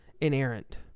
inerrant